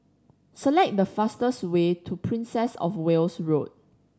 select the fastest way to Princess Of Wales Road